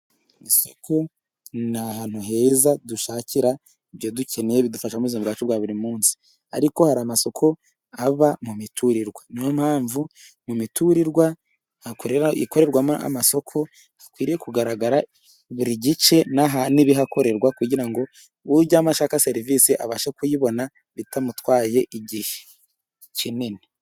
Isoko ni ahantu heza dushakira ibyo dukeneye bidufasha mubuzima bwacu bwa buri munsi. Ariko hari amasoko aba mu miturirwa. Niyo mpamvu mu miturirwa ikorerwamo amasoko hakwiriye kugaragara buri gice n'ibihakorerwa kugira ngo ujyamo ashaka serivisi abashe kuyibona bitamutwaye igihe kinini.